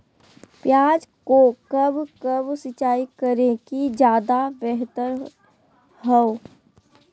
प्याज को कब कब सिंचाई करे कि ज्यादा व्यहतर हहो?